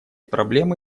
проблемы